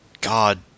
god